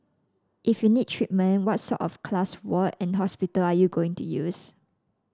if you need treatment what sort of class ward and hospital are you going to use